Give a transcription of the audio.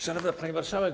Szanowna Pani Marszałek!